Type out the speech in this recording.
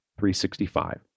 365